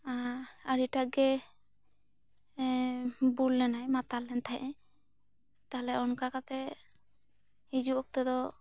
ᱟᱹᱰᱤ ᱴᱟᱜ ᱜᱮᱭ ᱵᱩᱞ ᱞᱮᱱᱟᱭ ᱢᱟᱛᱟᱞ ᱞᱮᱱ ᱛᱟᱦᱮᱸᱜ ᱟᱭ ᱛᱟᱦᱞᱮ ᱚᱱᱠᱟ ᱠᱟᱛᱮᱜ ᱦᱤᱡᱩᱜ ᱚᱠᱛᱚ ᱫᱚ